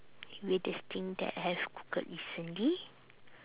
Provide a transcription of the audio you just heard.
weirdest thing that have googled recently